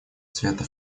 цвета